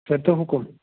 کٔرۍتو حُکُم